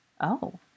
Oh